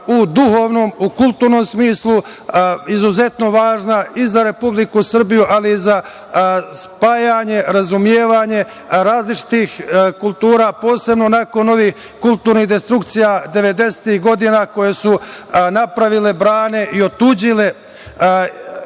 u duhovnom, u kulturnom smislu, izuzetno važna i za Republiku Srbiju, ali i za spajanje, razumevanje različitih kultura, posebno nakon ovih kulturnih destrukcija 90-ih godina, koje su napravile brane i otuđile